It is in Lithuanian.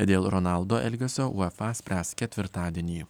dėl ronaldo elgesio uefa spręs ketvirtadienį